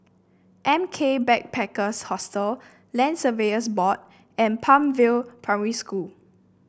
M K Backpackers Hostel Land Surveyors Board and Palm View Primary School